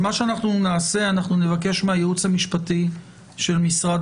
אנחנו נבקש מהייעוץ המשפטי של משרד